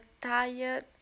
tired